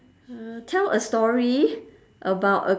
uh tell a story about a